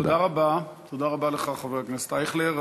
תודה רבה לך, חבר הכנסת ישראל אייכלר.